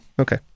Okay